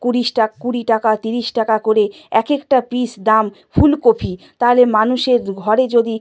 কুড়িসটা কুড়ি টাকা ত্রিশ টাকা করে একেকটা পিস দাম ফুলকপি তাহলে মানুষের ঘরে যদি